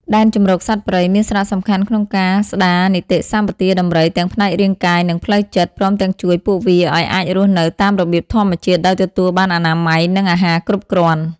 ដែនជម្រកសត្វព្រៃមានសារៈសំខាន់ក្នុងការ ស្តារនីតិសម្បទាដំរីទាំងផ្នែករាងកាយ និងផ្លូវចិត្ត ព្រមទាំងជួយពួកវាឲ្យអាចរស់នៅតាមរបៀបធម្មជាតិ ដោយទទួលបានអនាម័យ និងអាហារគ្រប់គ្រាន់។